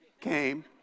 came